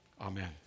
Amen